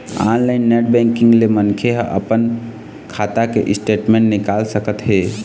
online net banking ले मनखे ह अपन खाता के स्टेटमेंट निकाल सकत हे